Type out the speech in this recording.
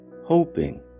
hoping